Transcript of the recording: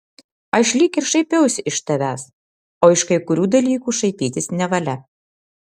aš lyg ir šaipiausi iš tavęs o iš kai kurių dalykų šaipytis nevalia